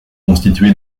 constituée